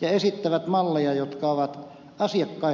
ja esittävät malleja jotka ovat asiakkaille vieraita